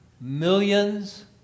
millions